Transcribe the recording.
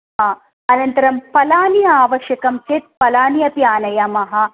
हा अनन्तरं फलानि आवश्यकं चेत् फलानि अपि आनयामः